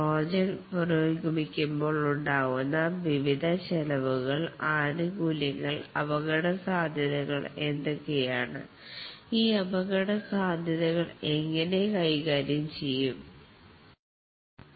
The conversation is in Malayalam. പ്രോജക്ട് പുരോഗമിക്കുമ്പോൾ ഉണ്ടാകുന്ന വിവിധ ചെലവുകൾ ആനുകൂല്യങ്ങൾ അപകടസാധ്യതകൾ എന്തൊക്കെയാണ് ഈ അപകട സാധ്യതകൾ എങ്ങനെ കൈകാര്യം ചെയ്യപ്പെടും